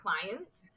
clients